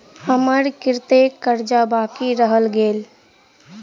हम्मर कत्तेक कर्जा बाकी रहल गेलइ?